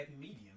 medium